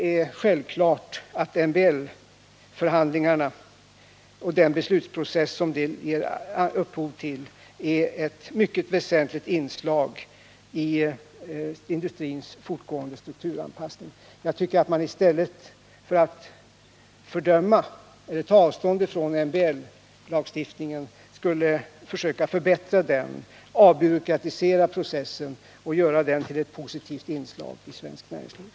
MBL förhandlingarna och den beslutsprocess som dessa ger upphov till är självfallet ett mycket väsentligt inslag i industrins fortgående strukturanpass ning. I stället för att ta avstånd från MBL-lagstiftningen borde man försöka förbättra denna, avbyråkratisera processen och göra den till ett positivt inslag i svenskt näringsliv.